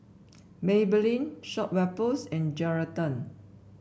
Maybelline Schweppes and Geraldton